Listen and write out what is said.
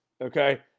okay